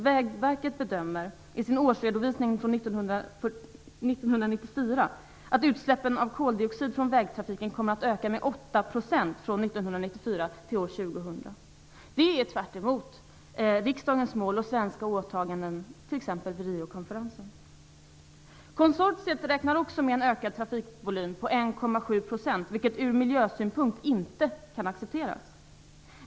Vägverket bedömer i sin årsredovisning 1994 att utsläppen av koldioxid från vägtrafiken kommer att öka med 8 % från 1994 till år 2000. Det är tvärtemot riksdagens mål och svenska åtaganden t.ex. vid Riokonferensen. Konsortiet räknar också med en ökad trafikvolym på 1,7 %, vilket ur miljösynpunkt inte kan accepteras.